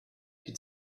die